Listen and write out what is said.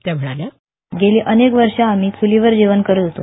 त्या म्हणाल्या गेली अनेक वर्ष आम्ही चूलीवर जेवण करीत होतो